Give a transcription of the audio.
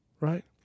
Right